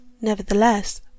Nevertheless